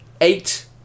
Eight